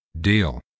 Deal